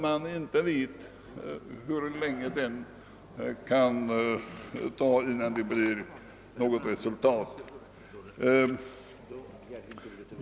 Man vet ju inte hur länge resultatet av en sådan utredning skulle dröja.